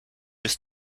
bis